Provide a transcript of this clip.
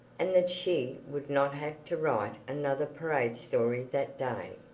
and that she would not have to write another parade story that day.